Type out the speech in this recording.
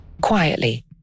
Quietly